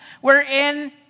wherein